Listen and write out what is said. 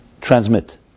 Transmit